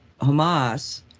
Hamas